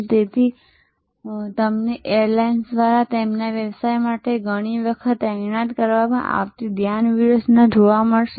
તેથી તેથી તમને એરલાઈન્સ દ્વારા તેમના વ્યવસાય માટે ઘણી વખત તૈનાત કરવામાં આવતી ધ્યાન વ્યૂહરચના જોવા મળશે